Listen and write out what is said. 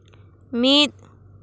ᱢᱤᱫ